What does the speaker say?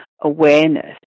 awareness